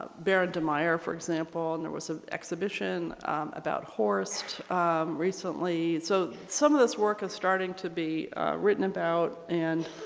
baron de meyer for example and there was an exhibition about horst recently so so some of this work is starting to be written about and